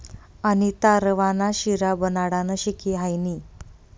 अनीता रवा ना शिरा बनाडानं शिकी हायनी